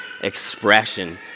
expression